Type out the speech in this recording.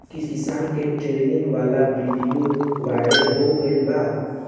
किसान के ट्रेनिंग वाला विडीओ वायरल हो गईल बा